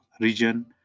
region